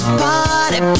party